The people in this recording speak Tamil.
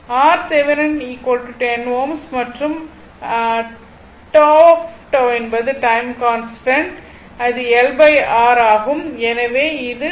RThevenin 10 Ω மற்றும் τ என்பது டைம் கான்ஸ்டன்ட் அது LR ஆகும்